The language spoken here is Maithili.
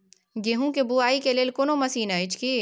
गेहूँ के बुआई के लेल कोनो मसीन अछि की?